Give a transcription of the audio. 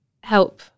help